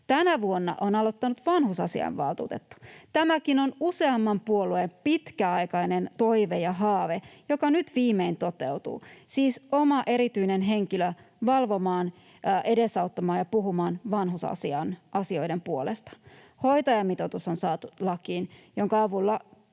Tänä vuonna on aloittanut vanhusasiainvaltuutettu. Tämäkin on useamman puolueen pitkäaikainen toive ja haave, joka nyt viimein toteutuu — siis oma erityinen henkilö valvomaan, edesauttamaan ja puhumaan vanhusasioiden puolesta. Hoitajamitoitus on saatu lakiin, jonka avulla